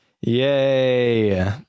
Yay